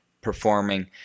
performing